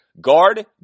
guard